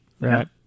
Right